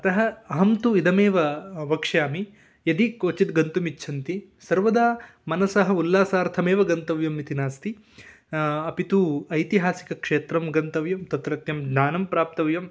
अतः अहं तु इदमेव वक्ष्यमि यदि क्वचित् गन्तुम् इच्छन्ति सर्वदा मनसः उल्लासार्थमेव गन्तव्यम् इति नास्ति अपि तु ऐतिहसिकक्षेत्रं गन्तव्यं तत्रज्ञं ज्ञानं प्राप्तव्यम्